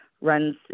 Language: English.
runs